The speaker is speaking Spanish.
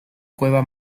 cueva